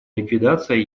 ликвидация